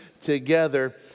together